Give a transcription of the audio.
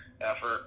effort